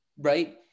right